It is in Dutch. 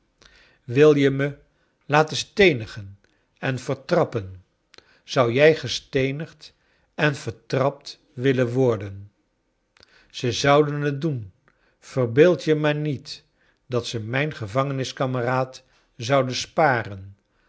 wil je me laten steenigen en vertrappen zou jij gesteenigd en vertrapt willen worden ze zouden t doen verbeeld je maar niet dat ze mijn gevangeniskameraad zouden sparen